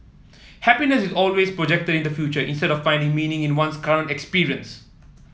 happiness is always projected in the future instead of finding meaning in one's current experience